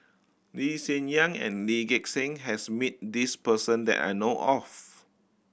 Lee Hsien Yang and Lee Gek Seng has meet this person that I know of